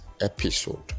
episode